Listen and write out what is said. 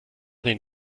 den